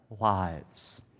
lives